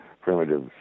primitive